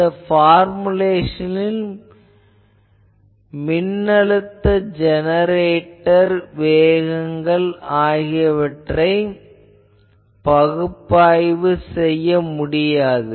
இந்த பார்முலேஷனில் மின்னழுத்த ஜெனரேட்டர் வேகங்கள் ஆகியவற்றைப் பகுப்பாய்வு செய்ய முடியாது